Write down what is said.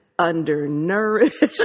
undernourished